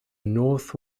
north